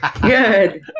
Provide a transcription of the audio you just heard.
good